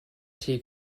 tea